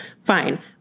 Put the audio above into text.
fine